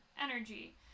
energy